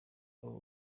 abo